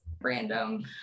random